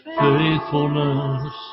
faithfulness